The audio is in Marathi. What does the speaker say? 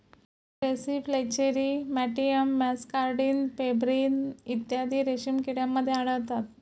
ग्रेसी फ्लेचेरी मॅटियन मॅसकार्डिन पेब्रिन इत्यादी रेशीम किड्यांमध्ये आढळतात